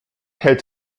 hält